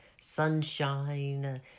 sunshine